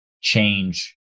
change